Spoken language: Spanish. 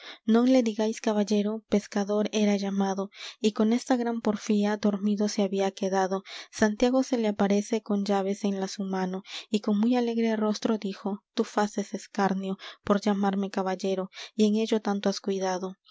non le digáis caballero pescador era llamado y con esta gran porfía dormido se había quedado santiago se le aparece con llaves en la su mano y con muy alegre rostro dijo tú faces escarnio por llamarme caballero y en ello tanto has cuidado